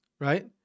Right